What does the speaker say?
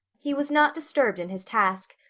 he was not disturbed in his task.